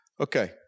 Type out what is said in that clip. Okay